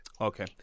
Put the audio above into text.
Okay